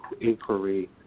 inquiry